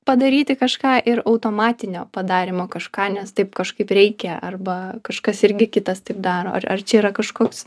padaryti kažką ir automatinio padarymo kažką nes taip kažkaip reikia arba kažkas irgi kitas taip daro ar ar čia yra kažkoks